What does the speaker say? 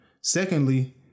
Secondly